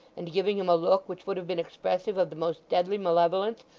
and giving him a look which would have been expressive of the most deadly malevolence,